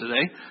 today